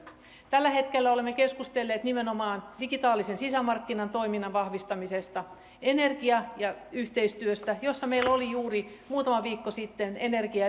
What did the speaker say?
tällä hetkellä olemme keskustelleet nimenomaan digitaalisen sisämarkkinan toiminnan vahvistamisesta energiayhteistyöstä jossa meillä olivat juuri muutama viikko sitten energia